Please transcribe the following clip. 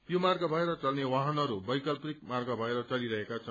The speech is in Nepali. यो मागे भएर चल्ने वाहनहरू वैकल्पिक माग भएर चलिरहेका छन्